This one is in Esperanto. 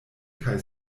kaj